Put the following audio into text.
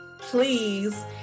please